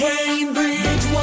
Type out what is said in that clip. Cambridge